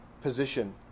position